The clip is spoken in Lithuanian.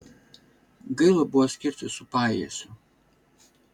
gaila buvo skirtis su pajiesiu